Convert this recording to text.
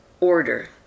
order